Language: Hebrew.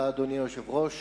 אדוני היושב-ראש,